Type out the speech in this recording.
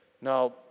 Now